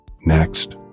Next